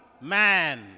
man